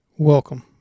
Welcome